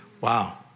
Wow